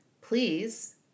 please